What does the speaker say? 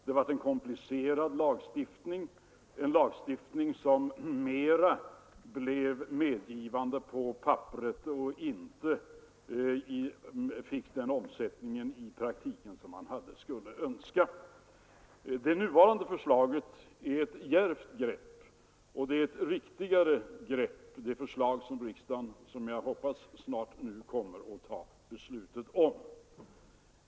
Det blev en komplicerad lagstiftning, som mer blev medgivande på papperet och som inte fick den effekt i praktiken som man skulle ha önskat. Det nuvarande förslaget — det som jag hoppas att riksdagen nu snart kommer att fatta beslut om — innebär ett djärvare och riktigare grepp.